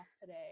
today